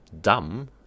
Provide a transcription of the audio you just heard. dumb